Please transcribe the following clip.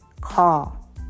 call